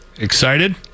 excited